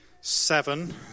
seven